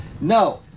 No